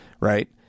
right